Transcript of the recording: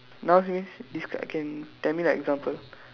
now this describe can tell me the example